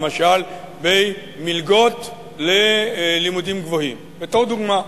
למשל, במלגות ללימודים גבוהים, בתור דוגמה,